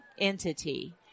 entity